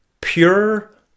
Pure